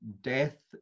death